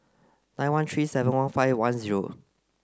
nine one three seven one five one zero